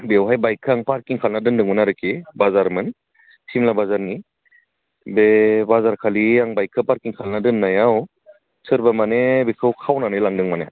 बेवहाय बाइकखौ आं पारकिं खालामना दोन्दोंमोन आरोखि बाजारमोन सिमला बाजारमोन बे बाजारखालि आं बाइकखौ पारकिं खालामना दोन्नायाव सोरबा माने बेखौ खावनानै लांदों माने